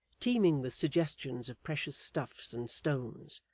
teeming with suggestions of precious stuffs and stones,